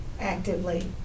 actively